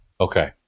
Okay